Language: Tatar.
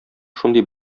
шундый